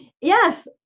Yes